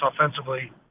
offensively